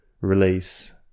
release